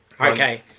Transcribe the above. Okay